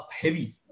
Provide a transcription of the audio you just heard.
heavy